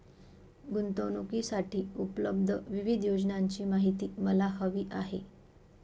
गुंतवणूकीसाठी उपलब्ध विविध योजनांची माहिती मला हवी आहे